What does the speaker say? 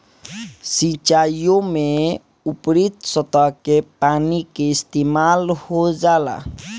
सिंचाईओ में ऊपरी सतह के पानी के इस्तेमाल हो जाला